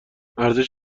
ارزش